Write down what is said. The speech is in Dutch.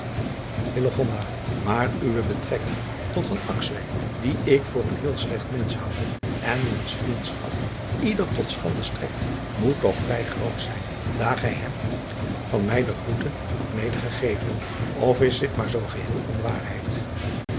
aar uwe betrekking tot dien ik voor een heel slecht mensch houde en wiens vriendschap ieder tot schande strekt moet toch vrij groot zijn daar gij hem an ij de groete hadt mede gegeven f is dit maar zoo geheel onwaarheid